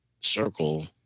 circle